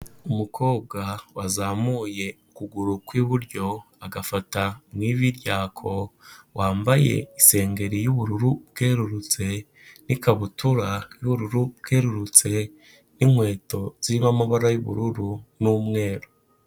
Umukobwa wazamuye ukuguru kw'iburyo agafata mu ivi rya ko, wambaye isengeri y'ubururu bwerurutse n'ikabutura y'ubururu bwerurutse n'inkweto zirimo amabara y'ubururu n'umweru.